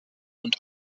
und